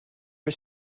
for